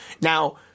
Now